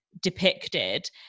depicted